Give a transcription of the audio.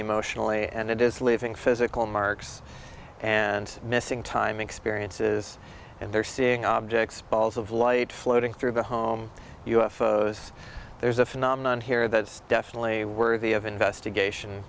emotionally and it is leaving physical marks and missing time experiences and their seeing objects balls of light floating through the home there's a phenomenon here that's definitely worthy of investigation